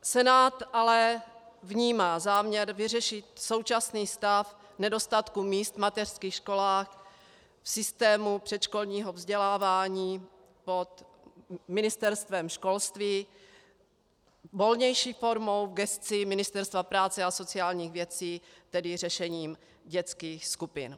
Senát ale vnímá záměr vyřešit současný stav nedostatku míst v mateřských školách v systému předškolního vzdělávání pod Ministerstvem školství volnější formou gescí Ministerstva práce a sociálních věcí, tedy řešením dětských skupin.